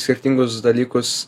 skirtingus dalykus